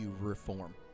reform